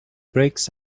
breaks